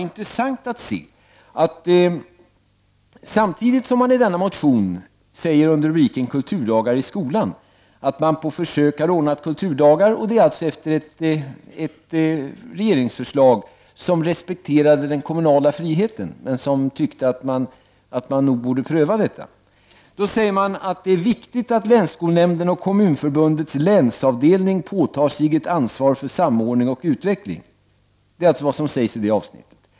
Man skriver i denna motion under rubriken Kulturdagar i skolan att man på försök har ordnat kulturdagar och att det har skett som en följd av ett regeringsförslag som gick ut på att man skulle respektera den kommunala friheten och att kommunerna borde pröva detta. Man säger sedan att det är viktigt att länsskolnämnden och Kommunförbundets länsavdelning påtar sig ett ansvar för samordning och utveckling. Detta är alltså vad som sägs i det avsnittet.